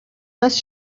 هست